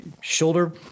shoulder